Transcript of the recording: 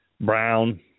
Brown